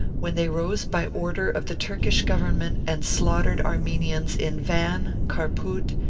when they rose by order of the turkish government and slaughtered armenians in van, kharpout,